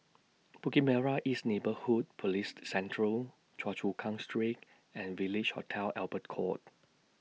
Bukit Merah East Neighbourhood Policed Central Choa Chu Kang Street and Village Hotel Albert Court